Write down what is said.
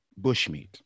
bushmeat